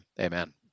Amen